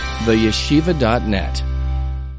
Theyeshiva.net